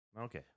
Okay